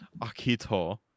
Akito